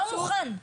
לא מוכן.